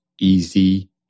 easy